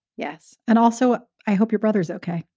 yes. and also, i hope your brother's okay.